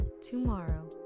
tomorrow